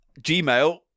Gmail